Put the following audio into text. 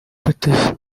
fatizo